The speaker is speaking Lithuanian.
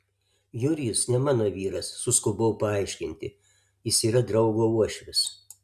jurijus ne mano vyras suskubau paaiškinti jis yra draugo uošvis